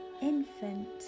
infant